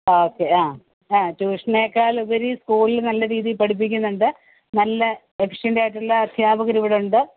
ആ ഓക്കെ ആ ആ ട്യൂഷനേക്കാൾ ഉപരി സ്കൂളിൽ നല്ലരീതിയിൽ പഠിപ്പിക്കുന്നുണ്ട് നല്ല എഫിഷ്യൻറ്റായിട്ടുള്ള അധ്യാപകർ ഇവിടെ ഉണ്ട്